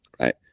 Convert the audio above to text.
Right